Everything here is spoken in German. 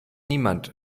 niemand